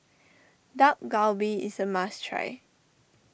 Dak Galbi is a must try